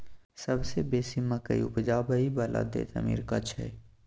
सबसे बेसी मकइ उपजाबइ बला देश अमेरिका छै